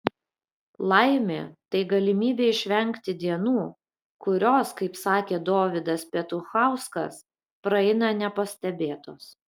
laimė tai galimybė išvengti dienų kurios kaip sakė dovydas petuchauskas praeina nepastebėtos